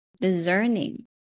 discerning